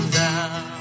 down